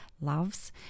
loves